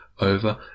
over